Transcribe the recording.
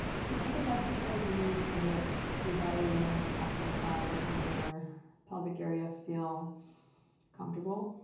you can make adjustments as needed so that your belly and the tops of the thighs and your pelvic area feel comfortable.